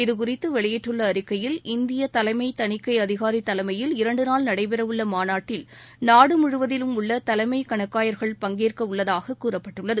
இது குறித்து வெளியிட்டுள்ள அறிக்கையில் இந்திய தலைமை தணிக்கை அதிகாரி தலைமையில் இரண்டு நாள் நடைபெற உள்ள மாநாட்டில் நாடு முழுவதிலும் உள்ள தலைமை கணக்காயர்கள் பங்கேற்க உள்ளதாக கூறப்பட்டுள்ளது